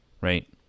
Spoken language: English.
right